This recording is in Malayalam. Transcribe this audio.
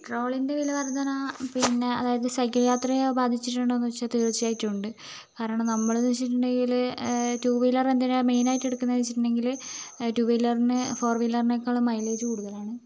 പെട്രോളിൻ്റെ വില വർധന പിന്നെ അതായത് സൈക്കിൾ യാത്രയെ ബാധിച്ചിട്ടുണ്ടോ എന്ന് ചോദിച്ചാൽ തീർച്ചയായിട്ടും ഉണ്ട് കാരണം നമ്മളെന്ന് വെച്ചിട്ടുണ്ടെങ്കില് ടൂ വീലർ എന്തിനാ മെയിൻ ആയിട്ട് എടുക്കുന്നതെന്ന് വെച്ചിട്ടുണ്ടെങ്കില് ടൂ വീലറിന് ഫോർ വീലറിനെക്കാളും മൈലേജ് കൂടുതലാണ്